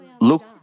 look